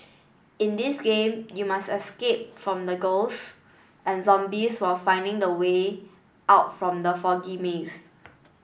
in this game you must escape from the ghost and zombies while finding the way out from the foggy maze